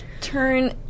turn